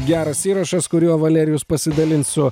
geras įrašas kuriuo valerijus pasidalins su